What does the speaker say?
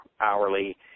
hourly